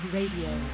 Radio